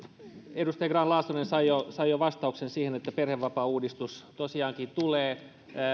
edustaja grahn laasonen sai jo sai jo vastauksen siihen että perhevapaauudistus tosiaankin tulee